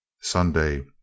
Sunday